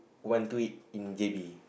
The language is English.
want to eat in J_B